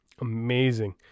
Amazing